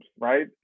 right